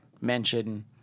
mention